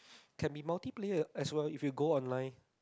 can be multiplayer as well if you go online